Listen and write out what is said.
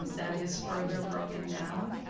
that is further broken down.